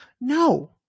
No